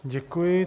Děkuji.